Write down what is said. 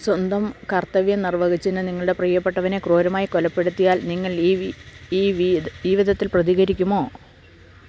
സ്വന്തം കർത്തവ്യം നിർവഹിച്ചതിനു നിങ്ങളുടെ പ്രിയപ്പെട്ടവനെ ക്രൂരമായി കൊലപ്പെടുത്തിയാൽ നിങ്ങൾ ഈ വി ഈ വീദ് ഈ വിധത്തിൽ പ്രതികരിക്കുമോ